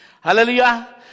Hallelujah